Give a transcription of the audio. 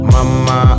Mama